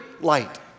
light